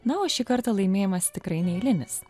na o šį kartą laimėjimas tikrai neeilinis